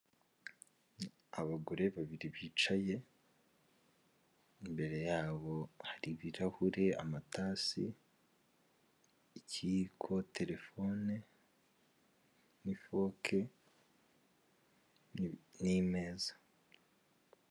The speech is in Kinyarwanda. Abagore babiri bicaye, imbere yabo hari ibirahure. amatasi, ikiyiko, terefone n'ifoke n'imeza.